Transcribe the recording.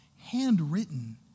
handwritten